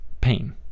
pain